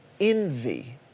envy